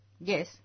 Yes